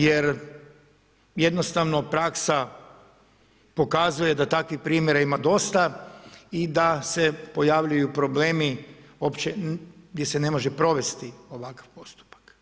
Jer jednostavno praksa pokazuje da takvih primjera ima dosta i da se pojavljuju problemi uopće gdje se ne može provesti ovakav postupak.